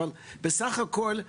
אבל בסך הכל,